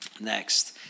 Next